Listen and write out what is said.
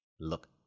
look